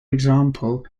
example